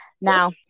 Now